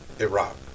Iraq